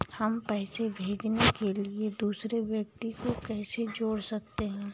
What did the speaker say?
हम पैसे भेजने के लिए दूसरे व्यक्ति को कैसे जोड़ सकते हैं?